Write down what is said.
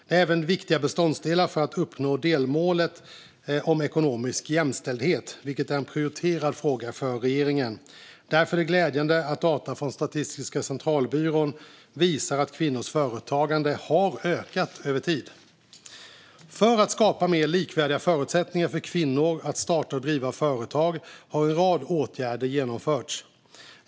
Det är även viktiga beståndsdelar för att uppnå delmålet om ekonomisk jämställdhet, vilket är en prioriterad fråga för regeringen. Därför är det glädjande att data från Statistiska centralbyrån visar att kvinnors företagande har ökat över tid. För att skapa mer likvärdiga förutsättningar för kvinnor att starta och driva företag har en rad åtgärder genomförts.